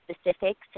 specifics